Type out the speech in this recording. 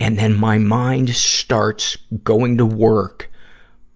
and then my mind starts going to work